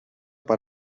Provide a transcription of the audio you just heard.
per